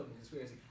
conspiracy